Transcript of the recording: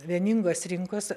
vieningos rinkos